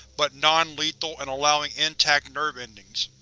but non-lethal and allowing intact nerve endings.